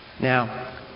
Now